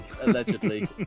Allegedly